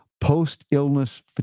post-illness